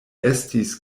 estis